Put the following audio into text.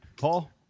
Paul